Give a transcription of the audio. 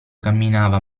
camminava